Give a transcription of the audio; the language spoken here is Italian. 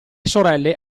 sorelle